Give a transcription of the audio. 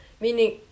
meaning